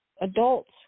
adults